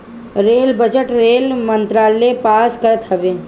rail budget rail मंत्रालय पास करत हवे